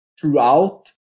throughout